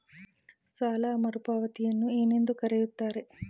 ಸಾಲ ಮರುಪಾವತಿಯನ್ನು ಏನೆಂದು ಕರೆಯುತ್ತಾರೆ?